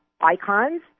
icons